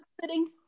sitting